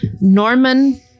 Norman